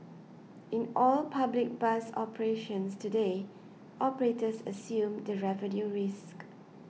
in all public bus operations today operators assume the revenue risk